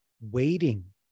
waiting